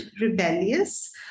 rebellious